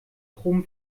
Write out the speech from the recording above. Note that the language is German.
chrome